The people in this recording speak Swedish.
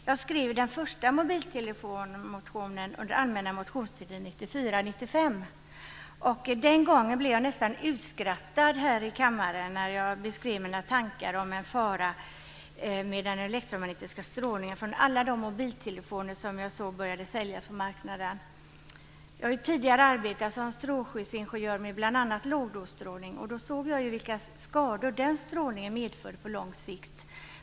Jag skrev den första mobiltelefonmotionen under allmänna motionstiden 1994/95. Den gången blev jag nästan utskrattad här i kammaren när jag beskrev mina tankar om en fara med den elektromagnetiska strålningen från alla de mobiltelefoner som jag såg började säljas på marknaden. Jag har ju tidigare arbetat som strålskyddsingenjör med bl.a. lågdosstrålning. Då såg jag vilka skador den strålningen medförde på lång sikt.